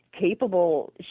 capable